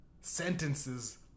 sentences